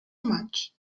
much